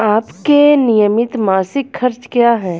आपके नियमित मासिक खर्च क्या हैं?